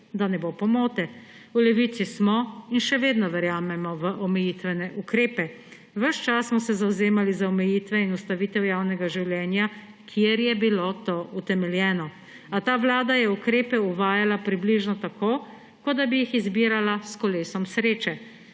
Da ne bo pomote, v Levici smo in še vedno verjamemo v omejitvene ukrepe. Ves čas smo se zavzemali za omejitve in ustavitev javnega življenja, kjer je bilo to utemeljeno. A ta vlada je ukrepe uvajala približno tako, kot da bi jih izbirala s kolesom sreče.